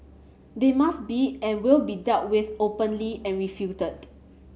they must be and will be dealt with openly and refuted